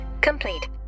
complete